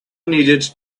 needed